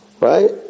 Right